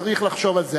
צריך לחשוב על זה,